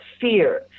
fear